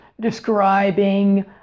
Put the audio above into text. describing